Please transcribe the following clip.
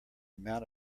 amount